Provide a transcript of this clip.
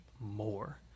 more